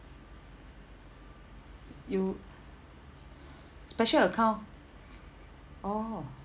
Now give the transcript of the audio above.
you special account orh